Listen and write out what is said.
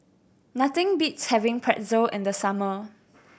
nothing beats having Pretzel in the summer